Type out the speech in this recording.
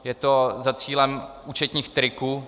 Je to za cílem účetních triků.